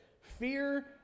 fear